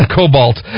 cobalt